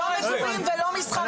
לא מגורים ולא מסחרי.